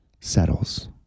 settles